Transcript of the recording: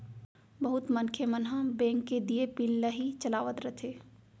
बहुत मनखे मन ह बेंक के दिये पिन ल ही चलावत रथें